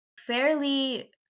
fairly